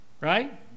right